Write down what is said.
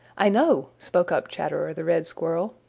i know, spoke up chatterer the red squirrel.